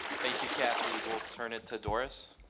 thank you kathy, we'll turn it to doris.